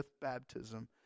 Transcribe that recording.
baptism